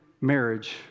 marriage